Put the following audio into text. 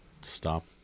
stop